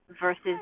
versus